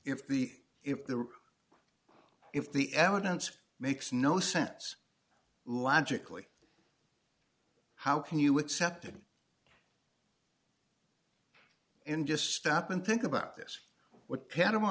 if the if the if the evidence makes no sense logically how can you accept it in just stop and think about this what p